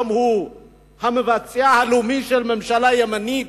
היום הוא המבצע הלאומי של ממשלה ימנית,